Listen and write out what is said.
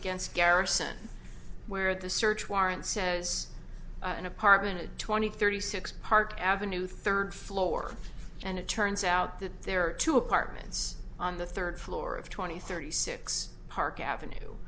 against garrison where the search warrant says an apartment of twenty thirty six park avenue third floor and it turns out that there are two apartments on the third floor of twenty thirty six park avenue